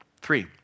Three